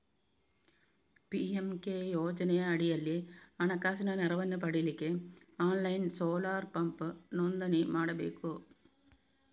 PMK ಯೋಜನೆಯ ಅಡಿಯಲ್ಲಿ ಹಣಕಾಸಿನ ನೆರವನ್ನ ಪಡೀಲಿಕ್ಕೆ ಆನ್ಲೈನ್ ಸೋಲಾರ್ ಪಂಪ್ ನೋಂದಣಿ ಮಾಡ್ಬೇಕು